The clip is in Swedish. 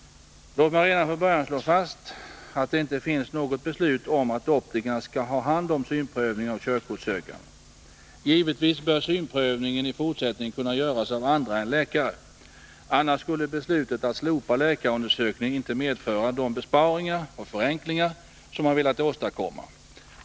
Låt mig redan från början slå fast att det inte finns något beslut om att optikerna skall ha hand om synprövningen av körkortssökande. Givetvis bör synprövningen i fortsättningen kunna göras av andra än läkare. Annars skulle beslutet att slopa läkarundersökningen inte medföra de besparingar och förenklingar som man velat åstadkomma.